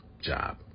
job